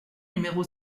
numéro